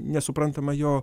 nesuprantama jo